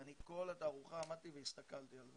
כל התערוכה עמדתי והסתכלתי על זה.